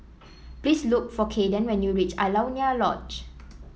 please look for Kayden when you reach Alaunia Lodge